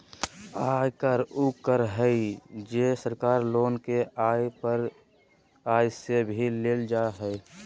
आयकर उ कर हइ जे सरकार लोग के आय पर आय में से लेल जा हइ